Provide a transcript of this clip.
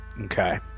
Okay